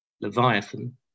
Leviathan